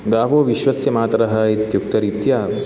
गावो विश्वस्य मातरः इत्युक्तरीत्या